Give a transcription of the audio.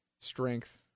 strength